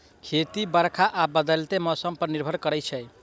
खेती बरखा आ बदलैत मौसम पर निर्भर करै छै